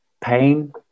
pain